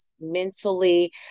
mentally